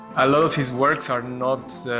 a lot of his works are not,